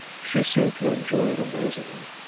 she seemed to enjoy it amazingly,